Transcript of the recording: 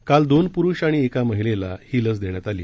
काल दोन पुरुष आणि एका महिलेला ही लस देण्यात आली